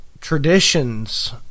traditions